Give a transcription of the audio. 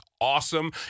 awesome